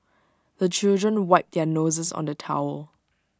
the children wipe their noses on the towel